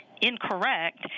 incorrect